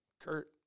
Kurt